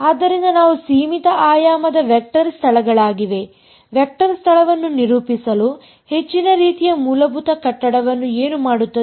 ಆದ್ದರಿಂದ ಇವು ಸೀಮಿತ ಆಯಾಮದ ವೆಕ್ಟರ್ ಸ್ಥಳಗಳಾಗಿವೆವೆಕ್ಟರ್ ಸ್ಥಳವನ್ನು ನಿರೂಪಿಸಲು ಹೆಚ್ಚಿನ ರೀತಿಯ ಮೂಲಭೂತ ಕಟ್ಟಡವನ್ನು ಏನು ಮಾಡುತ್ತದೆ